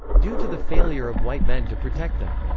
due to the failure of white men to protect them.